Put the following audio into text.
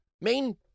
main